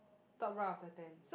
top right of the tent